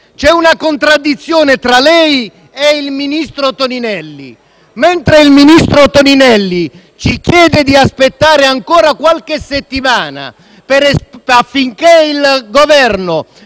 c'è una contraddizione tra lei e il ministro Toninelli: mentre il ministro Toninelli ci chiede di aspettare ancora qualche settimana affinchè il Governo